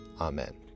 amen